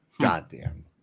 Goddamn